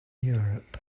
europe